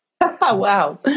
Wow